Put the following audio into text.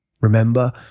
Remember